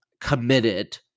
committed